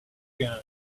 gun